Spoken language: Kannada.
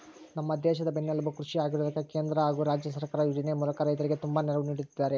ನಮ್ಮ ದೇಶದ ಬೆನ್ನೆಲುಬು ಕೃಷಿ ಆಗಿರೋದ್ಕ ಕೇಂದ್ರ ಹಾಗು ರಾಜ್ಯ ಸರ್ಕಾರ ಯೋಜನೆ ಮೂಲಕ ರೈತರಿಗೆ ತುಂಬಾ ನೆರವು ನೀಡುತ್ತಿದ್ದಾರೆ